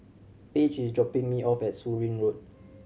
Paige is dropping me off at Surin Road